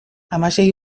hamasei